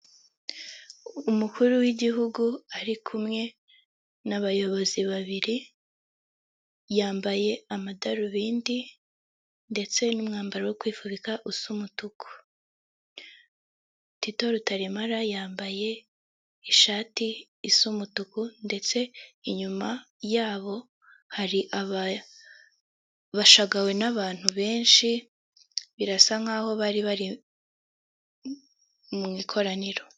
Ni mu nzu mu cyumba kigairi cyahariwe gukorerwamo inama hateraniyemo abantu batanu abagore n'abagabo, umwe muri bo ari imbere ari kubasobanurira yifashishije ikoranabuhanga.